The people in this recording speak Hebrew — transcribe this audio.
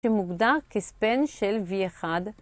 שמוגדר כספן של V1.